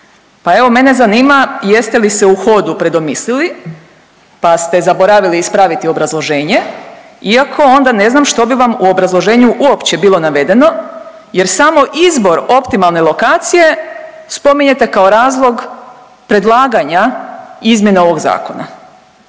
Pa evo mene zanima jeste li se u hodu predomislili pa ste zaboravili ispraviti obrazloženje iako onda ne znam što bi vam u obrazloženju uopće bilo navedeno jer samo izbor optimalne lokacije spominjete kao razlog predlaganja ovog zakona.